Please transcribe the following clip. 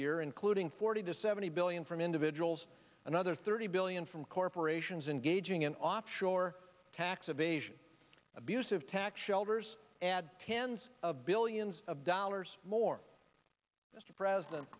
year including forty to seventy billion from individuals another thirty billion from corporations and gauging an offshore tax evasion abusive tax shelters add tens of billions of dollars more mr pres